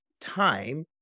time